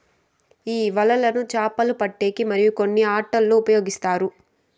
ఈ వలలను చాపలు పట్టేకి మరియు కొన్ని ఆటలల్లో ఉపయోగిస్తారు